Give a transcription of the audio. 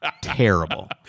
terrible